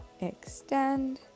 Extend